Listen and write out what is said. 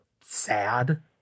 sad